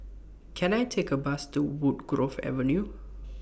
Can I Take A Bus to Woodgrove Avenue